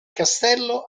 castello